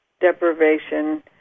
deprivation